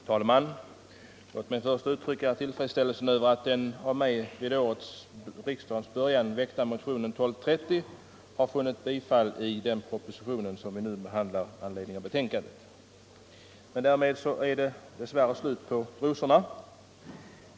Herr talman! Låt mig först ge uttryck för min tillfredsställelse över att den av mig i början av denna riksdag väckta motionen 1230 har tillstyrkts av utskottet. Men därmed är det dess värre slut med rosorna.